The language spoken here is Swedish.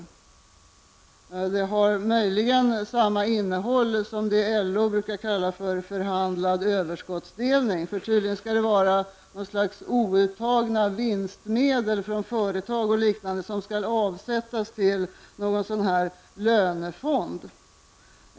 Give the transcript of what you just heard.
Förslaget har möjligen samma innehåll som det LO brukar kalla för förhandlad överskottsdelning, för tydligen skall det vara något slags outtagna vinstmedel från företag och liknande som skall avsättas till fonderna.